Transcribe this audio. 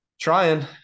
trying